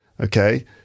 Okay